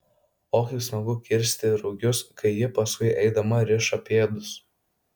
o kaip smagu kirsti rugius kai ji paskui eidama riša pėdus